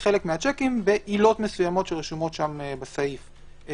בעילות מסוימות שמנויות בסעיף 10(א),